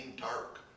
dark